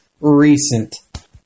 recent